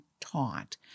taught